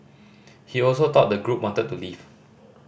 he also thought the group wanted to leave